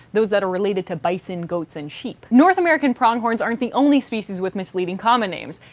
those that are related to bison, goats, and sheep. north american pronghorns aren't the only species with misleading common names.